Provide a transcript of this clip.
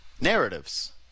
Narratives